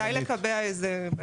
כדאי לקבע את זה.